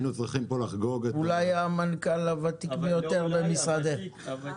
אבל היינו צריכים לחגוג -- אולי המנכ"ל הוותיק ביותר במשרדי הממשלה.